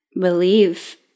believe